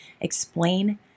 explain